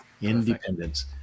independence